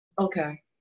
Okay